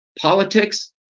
politics